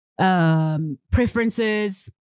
Preferences